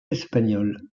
espagnole